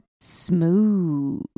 Smooth